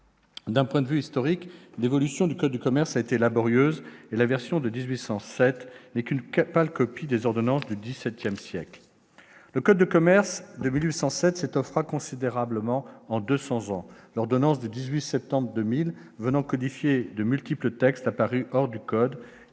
D'un point de vue historique, l'évolution du code de commerce a été laborieuse et la version de 1807 n'est qu'une pâle copie des ordonnances du XVII siècle. Le code de commerce de 1807 s'étoffera considérablement en deux cents ans : l'ordonnance du 18 septembre 2000 est venue codifier de multiples textes apparus hors du code,